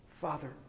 Father